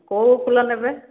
କେଉଁ ଫୁଲ ନେବେ